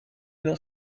not